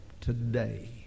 today